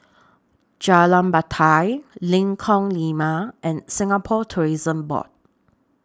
Jalan Batai Lengkong Lima and Singapore Tourism Board